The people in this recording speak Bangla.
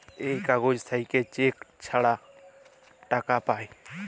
এই কাগজ থাকল্যে চেক ছাড়া টাকা পায়